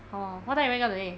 orh what time you wake up today